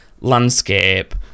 landscape